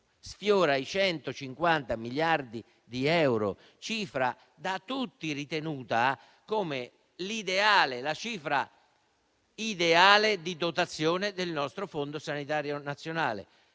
sfiora i 150 miliardi di euro, cifra da tutti ritenuta come la cifra ideale di dotazione del nostro Fondo sanitario nazionale.